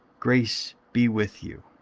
grace be with you.